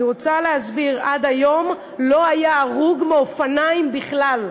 אני רוצה להסביר: עד היום לא היה הרוג מאופניים בכלל.